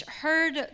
heard